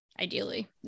Ideally